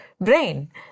brain